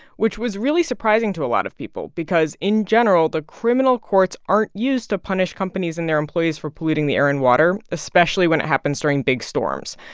which was really surprising to a lot of people because, in general, the criminal courts aren't used to punish companies and their employees for polluting the air and water, especially when it happens during big storms.